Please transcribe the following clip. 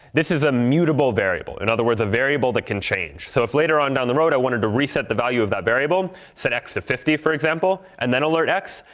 this is a mutable variable, in other words, a variable that can change. so if later on down the road i wanted to reset the value of that variable, set x fifty, for example, and then alert x,